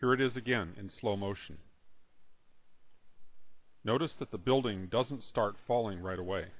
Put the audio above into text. here it is again in slow motion notice that the building doesn't start falling right away